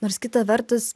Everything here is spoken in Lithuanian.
nors kita vertus